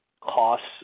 costs